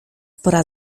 pora